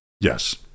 Yes